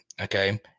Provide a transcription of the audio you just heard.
Okay